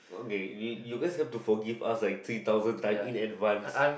okay you you guys have to forgive us like three thousand times in advance